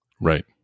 Right